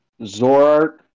Zorart